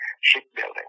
shipbuilding